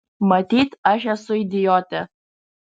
matyt aš esu idiotė